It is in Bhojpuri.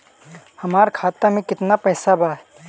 हमार खाता में केतना पैसा बा?